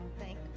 Thank